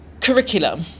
curriculum